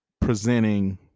presenting